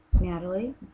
Natalie